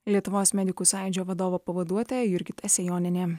lietuvos medikų sąjūdžio vadovo pavaduotoja jurgita sejonienė